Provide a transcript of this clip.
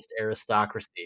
aristocracy